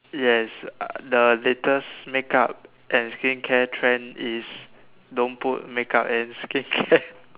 yes the latest make up and skin care trend is don't put make up and skin care